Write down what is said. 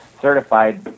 certified